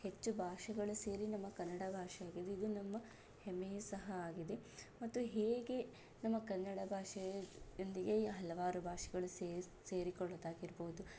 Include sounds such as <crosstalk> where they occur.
ಹೆಚ್ಚು ಭಾಷೆಗಳು ಸೇರಿ ನಮ್ಮ ಕನ್ನಡ ಭಾಷೆ <unintelligible> ಇದು ನಮ್ಮ ಹೆಮ್ಮೆಯೂ ಸಹ ಆಗಿದೆ ಮತ್ತು ಹೇಗೆ ನಮ್ಮ ಕನ್ನಡ ಭಾಷೆಯೊಂದಿಗೆ ಈ ಹಲವಾರು ಭಾಷೆಗಳು ಸೇರಿ ಸೇರಿಕೊಳ್ಳೋದಾಗಿರ್ಬೋದು